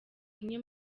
imwe